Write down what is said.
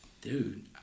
Dude